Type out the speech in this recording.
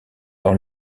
dans